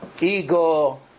ego